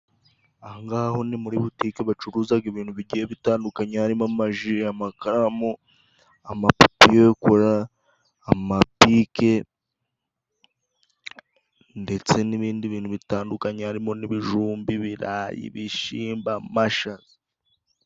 Ahangaha ho ni muri butike bacuruzaga ibintu bigiye bitandukanye hari mo, amaji, amakaramu, amapiyekora, amabike ndetse n'ibindi bintu bitandukanye hari mo, n'ibijumb, ibirayi, ibishimbo, amashaza,